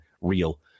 real